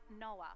Noah